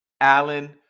Allen